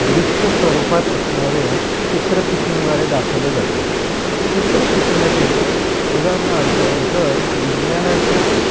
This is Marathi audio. दृश्य स्वरूपात असणारे चित्रफितींद्वारे दाखवलं जातं चित्रफितीमध्ये उदाहरणार्थ जर विज्ञानाच्या